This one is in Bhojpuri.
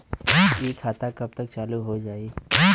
इ खाता कब तक चालू हो जाई?